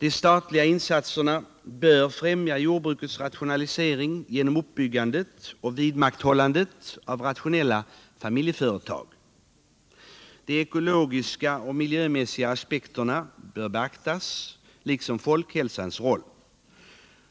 De statliga insatserna bör främja jordbrukets rationalisering genom uppbyggandet och vidmakthållandet av rationella familjeföretag. De ekologiska och miljömässiga aspekterna bör beaktas, liksom folkhälsans roll.